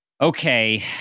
Okay